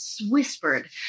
whispered